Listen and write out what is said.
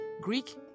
Greek